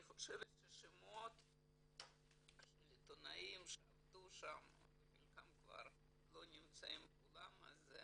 שמות של עיתונאים שעבדו שם וחלקם כבר לא נמצאים בעולם הזה,